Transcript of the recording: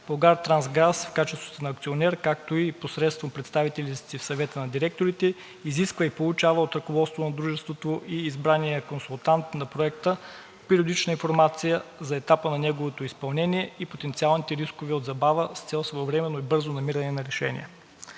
„Булгартрансгаз“ в качеството си на акционер, както и посредством представителите в Съвета на директорите, изисква и получава от ръководството на дружеството и избрания консултант на Проекта периодична информация за етапа на неговото изпълнение и потенциалните рискове от забава, с цел своевременно и бързо намиране на решения.